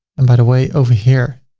and by the way, over here,